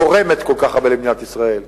תורמת כל כך הרבה למדינת ישראל,